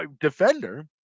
defender